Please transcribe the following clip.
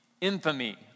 infamy